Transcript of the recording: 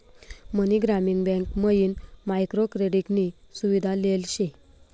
मनी ग्रामीण बँक मयीन micro credit नी सुविधा लेल शे